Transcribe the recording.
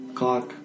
clock